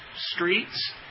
streets